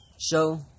show